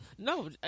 No